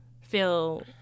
feel